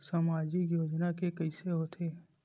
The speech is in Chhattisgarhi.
सामाजिक योजना के कइसे होथे?